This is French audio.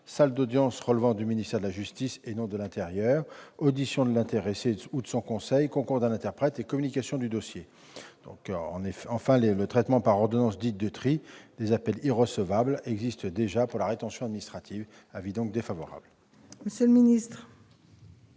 salle d'audience relevant du ministère de la justice et non du ministère de l'intérieur, audition de l'intéressé ou de son conseil, concours d'un interprète et communication du dossier. Enfin, le traitement par ordonnance dite de « tri » des appels irrecevables existe déjà pour la rétention administrative. L'avis de la commission est